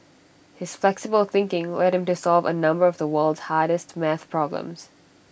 his flexible thinking led him to solve A number of the world's hardest math problems